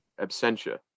Absentia